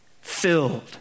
filled